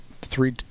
three –